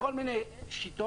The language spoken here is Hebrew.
כל מיני שיטות.